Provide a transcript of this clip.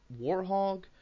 warhog